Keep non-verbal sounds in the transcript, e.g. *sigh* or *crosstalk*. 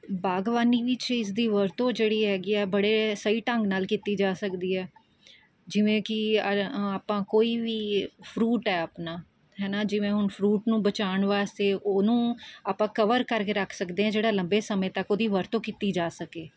ਬਾਗ਼ਬਾਨੀ ਵਿੱਚ ਇਸ ਦੀ ਵਰਤੋਂ ਜਿਹੜੀ ਹੈਗੀ ਹੈ ਬੜੇ ਸਹੀ ਢੰਗ ਨਾਲ ਕੀਤੀ ਜਾ ਸਕਦੀ ਹੈ ਜਿਵੇਂ ਕਿ *unintelligible* ਆਪਾਂ ਕੋਈ ਵੀ ਫ਼ਰੂਟ ਹੈ ਆਪਣਾ ਹੈ ਨਾ ਜਿਵੇਂ ਹੁਣ ਫ਼ਰੂਟ ਨੂੰ ਬਚਾਉਣ ਵਾਸਤੇ ਉਹਨੂੰ ਆਪਾਂ ਕਵਰ ਕਰਕੇ ਰੱਖ ਸਕਦੇ ਹਾਂ ਜਿਹੜਾ ਲੰਬੇ ਸਮੇਂ ਤੱਕ ਉਹਦੀ ਵਰਤੋਂ ਕੀਤੀ ਜਾ ਸਕੇ